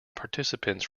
participants